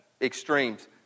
extremes